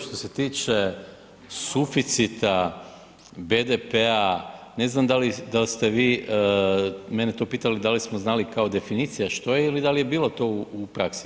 Što se tiče suficita, BDP-a, ne znam da li ste vi mene to pitali da li smo znali kao definicija što je ili da li je bilo to u praksi.